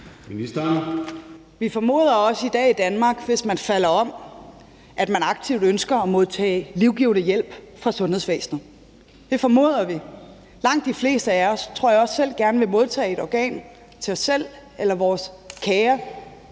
Vi formoder også i dag i Danmark, at man, hvis man falder om, aktivt ønsker at modtage livgivende hjælp fra sundhedsvæsenet. Det formoder vi. Langt de fleste af os, tror jeg, vil også selv gerne modtage et organ til os selv eller vores kære,